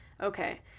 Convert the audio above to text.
Okay